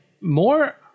more